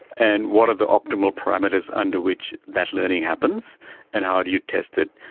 and what are the optimal parameters under which that learning happens and how do you test it.